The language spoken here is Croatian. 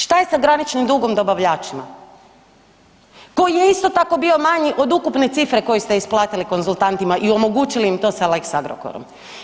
Šta je sa graničnim dugom dobavljačima koji je isto tako bio manji od ukupne cifre koju ste isplatili konzultantima i omogućili im to sa lex Agrokorom?